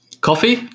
Coffee